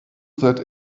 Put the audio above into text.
that